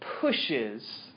pushes